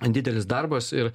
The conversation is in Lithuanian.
didelis darbas ir